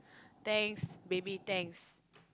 thanks baby thanks